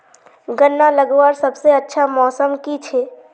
गन्ना लगवार सबसे अच्छा मौसम की छे?